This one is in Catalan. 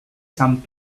sant